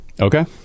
Okay